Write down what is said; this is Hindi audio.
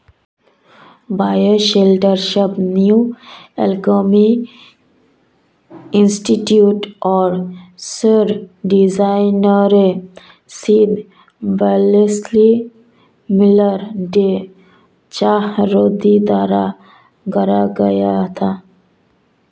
बायोशेल्टर शब्द न्यू अल्केमी इंस्टीट्यूट और सौर डिजाइनरों Sean Wellesley Miller, Day Chahroudi द्वारा गढ़ा गया था